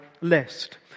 list